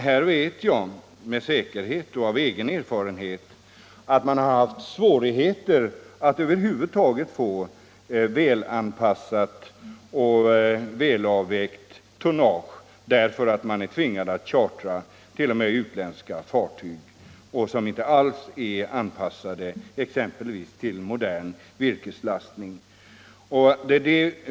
Här vet jag med säkerhet och av egen erfarenhet att man haft svårigheter att över huvud taget få väl anpassat och väl avvägt tonnage därför att man är tvingad att chartra t.o.m. utländska fartyg, som inte alls är anpassade till exempelvis modern virkeslastning.